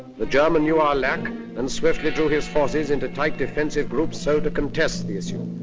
the german knew our lack and swiftly drew his forces into tight defensive groups so to contest the issue.